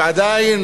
ועדיין